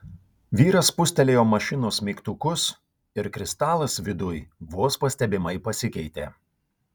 vyras spustelėjo mašinos mygtukus ir kristalas viduj vos pastebimai pasikeitė